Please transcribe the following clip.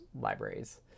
libraries